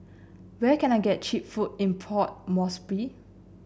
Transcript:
where can I get cheap food in Port Moresby